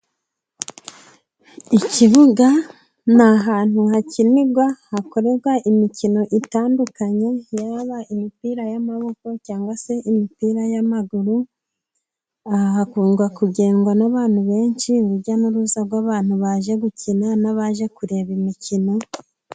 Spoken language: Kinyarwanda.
Ikibuga ni ahantu hakinirwa, hakorerwa imikino itandukanye yaba imipira y'amaboko cyangwa se imipira y'amaguru. Hkundwa kugendwa n'abantu benshi urujya n'uruza rw'abantu baje gukina n'abaje kureba imikino.